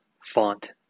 font